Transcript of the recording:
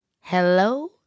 Hello